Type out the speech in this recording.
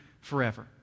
forever